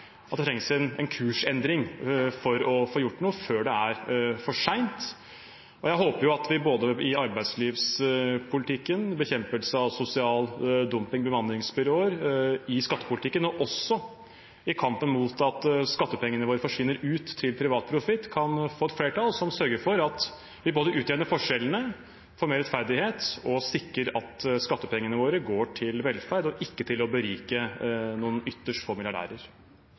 at det trengs en kursendring for å få gjort noe før det er for sent. Jeg håper at vi både i arbeidslivspolitikken – bekjempelse av sosial dumping, bemanningsbyråer – i skattepolitikken og også i kampen mot at skattepengene våre forsvinner ut til privat profitt, kan få et flertall som sørger for at vi både utjevner forskjellene, får mer rettferdighet og sikrer at skattepengene våre går til velferd og ikke til å berike noen ytterst få milliardærer.